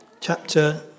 chapter